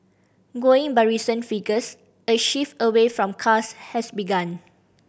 going by recent figures a shift away from cars has begun